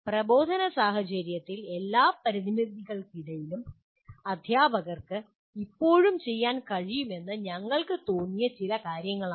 പ്രബോധന സാഹചര്യത്തിന്റെ എല്ലാ പരിമിതികൾക്കിടയിലും അധ്യാപകർക്ക് ഇപ്പോഴും ചെയ്യാൻ കഴിയുമെന്ന് ഞങ്ങൾക്ക് തോന്നിയ ചില കാര്യങ്ങളാണിത്